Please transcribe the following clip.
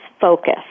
focus